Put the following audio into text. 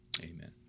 Amen